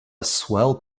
swell